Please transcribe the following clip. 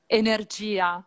energia